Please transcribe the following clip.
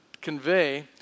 convey